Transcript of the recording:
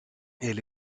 elle